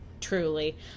Truly